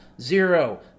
Zero